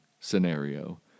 scenario